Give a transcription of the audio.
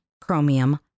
chromium